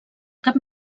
cap